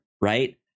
right